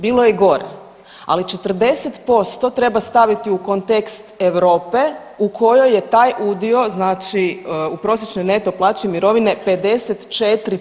Bilo je i gore, ali 40% treba staviti u kontekst Europe u kojoj je taj udio, znači u prosječnoj neto plaći mirovine 54%